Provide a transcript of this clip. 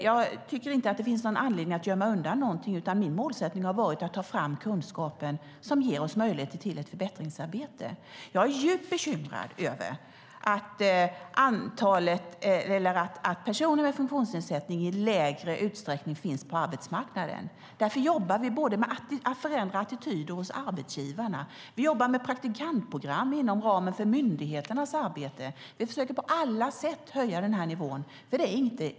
Jag tycker inte att det finns anledning att gömma undan någonting. Min målsättning har varit att ta fram den kunskap som ger oss möjligheter till ett förbättringsarbete. Jag är djupt bekymrad över att personer med funktionsnedsättning finns på arbetsmarknaden i lägre utsträckning. Därför jobbar vi med att förändra attityder hos arbetsgivarna och med praktikantprogram inom ramen för myndigheternas arbete. Vi försöker på alla sätt höja nivån.